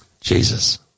Jesus